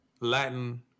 Latin